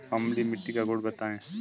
अम्लीय मिट्टी का गुण बताइये